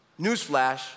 newsflash